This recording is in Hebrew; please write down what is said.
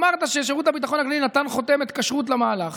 אמרת ששירות הביטחון הכללי נתן חותמת כשרות למהלך.